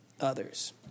others